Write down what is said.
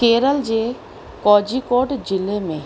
केरल जे कॉजी कोट ज़िले में